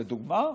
לדוגמה,